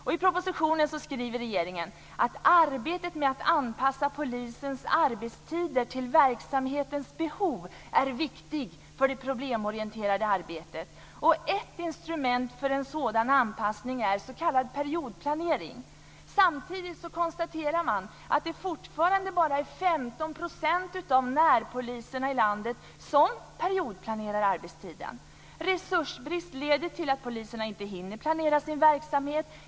I propositionen skriver regeringen att "arbetet med att anpassa polisens arbetstider till verksamhetens behov är viktig för det problemorienterade arbetet. Ett instrument för en sådan anpassning är s.k. periodplanering." Samtidigt konstaterar man att det fortfarande bara är 15 % av närpoliserna i landet som periodplanerar arbetstiden. Resursbrist leder till att poliserna inte hinner planera sin verksamhet.